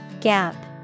Gap